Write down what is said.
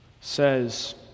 says